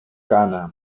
cana